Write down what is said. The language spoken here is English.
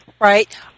Right